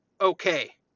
okay